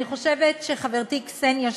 אני חושבת שחברתי קסניה,